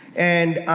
and,